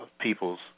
people's